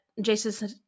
Jason